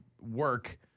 work